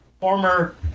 former